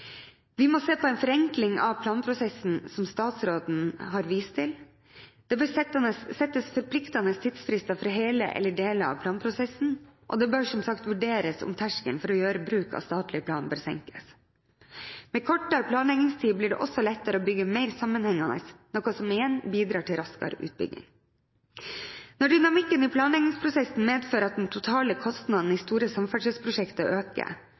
Vi må se på en forenkling av planprosessen, som statsråden har vist til. Det bør settes forpliktende tidsfrister for hele eller deler av planprosessen, og det bør som sagt vurderes om terskelen for å gjøre bruk av statlig plan bør senkes. Med kortere planleggingstid blir det også lettere å bygge mer sammenhengende, noe som igjen bidrar til raskere utbygging. Når dynamikken i planleggingsprosessen medfører at den totale kostnaden i store samferdselsprosjekter øker,